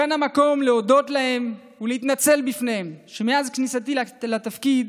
כאן המקום להודות להם ולהתנצל לפניהם שמאז כניסתי לתפקיד